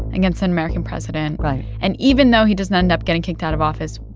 against an american president right and even though he doesn't end up getting kicked out of office,